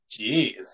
Jeez